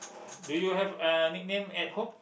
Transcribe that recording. do you have a nickname at home